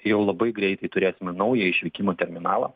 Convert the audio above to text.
jau labai greitai turėsim ir naują išvykimo terminalą